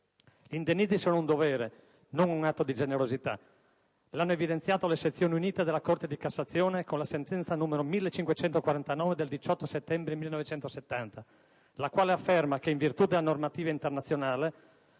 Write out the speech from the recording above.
Gli indennizzi sono un dovere, non un atto di generosità. L'hanno evidenziato le sezioni unite della Corte di cassazione con la sentenza n. 1549 del 18 settembre 1970, la quale afferma che in virtù della normativa internazionale